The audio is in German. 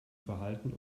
verhalten